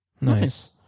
Nice